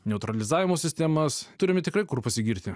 neutralizavimo sistemas turime tikrai kur pasigirti